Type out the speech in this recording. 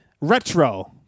retro